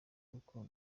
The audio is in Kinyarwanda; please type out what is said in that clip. kuko